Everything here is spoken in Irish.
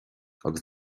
agus